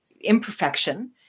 imperfection